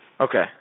okay